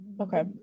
okay